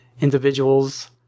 individuals